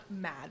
mad